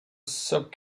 sub